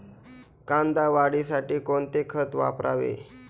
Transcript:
कांदा वाढीसाठी कोणते खत वापरावे?